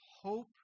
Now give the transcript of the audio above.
Hope